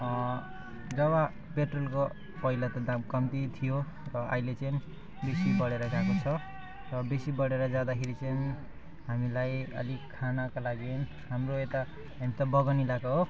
जब पेट्रोलको पहिला दाम कम्ती थियो र अहिले चाहिँ बेसी बढेर गएको छ बेसी बढेर जाँदाखेरि चाहिँ हामीलाई अलिक खानको लागि हाम्रो यता यता बगान इलाका हो